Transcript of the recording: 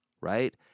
right